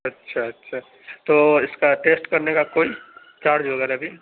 اچھا اچھا تو اِس کا ٹیسٹ کرنے کا کوئی چارج وغیرہ بھی